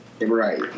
Right